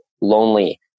lonely